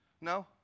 No